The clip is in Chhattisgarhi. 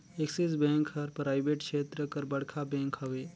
एक्सिस बेंक हर पराइबेट छेत्र कर बड़खा बेंक हवे